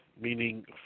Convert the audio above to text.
meaning